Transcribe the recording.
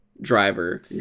driver